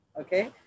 okay